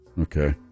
Okay